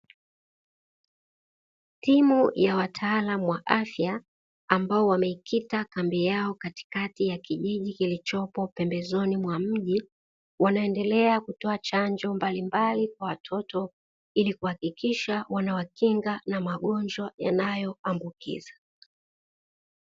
Timu ya wataalamu wa afya ambao wamekita kambi yao katikati ya kijiji kilichopo pembezoni mwa mji. Wanaendelea kutoa chanjo mbalimbali kwa watoto ili kuhakikisha wanawakinga na magonjwa yanayoambukiza.